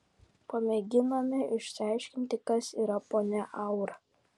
pamėginome išsiaiškinti kas yra ponia aura